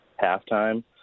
halftime